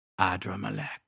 Adramalek